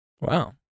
Wow